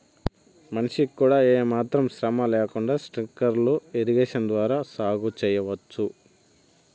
మనిషికి కూడా ఏమాత్రం శ్రమ లేకుండా స్ప్రింక్లర్ ఇరిగేషన్ ద్వారా సాగు చేయవచ్చు